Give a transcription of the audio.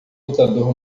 lutador